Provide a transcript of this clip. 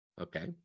Okay